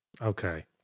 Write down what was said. Okay